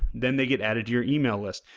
then they get added to your email list,